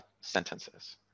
sentences